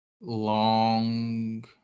long